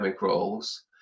roles